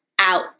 out